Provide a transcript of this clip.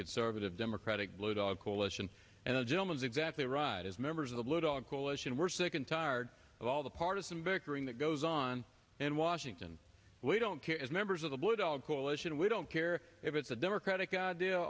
conservative democratic blue dog coalition and a gentleman is exactly right as members blue dog coalition we're sick and tired of all the partisan bickering that goes on in washington we don't care as members of the blue dog coalition we don't care if it's a democratic idea